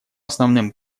основным